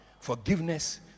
Forgiveness